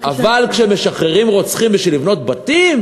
בבקשה, אבל כשמשחררים רוצחים בשביל לבנות בתים,